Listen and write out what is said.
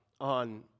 on